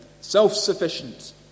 self-sufficient